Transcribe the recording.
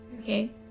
Okay